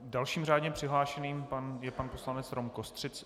Dalším řádně přihlášeným je pan poslanec Rom Kostřica.